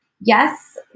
yes